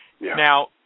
Now